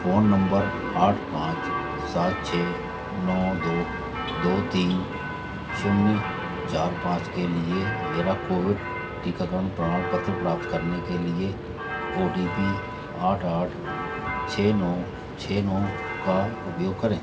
phone number आठ पाँच सात छः नौ दो दो तीन शून्य चार पाँच के लिए मेरा कोविड टीकाकरण प्रमाणपत्र प्राप्त करने के लिए ओ टी पी आठ आठ छः नौ छः नौ का उपयोग करें